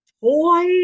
toy